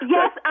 Yes